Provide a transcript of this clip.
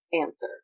answer